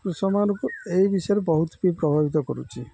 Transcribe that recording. କୃଷକମାନଙ୍କୁ ଏହି ବିଷୟରେ ବହୁତ ବି ପ୍ରଭାବିତ କରୁଛି